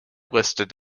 listed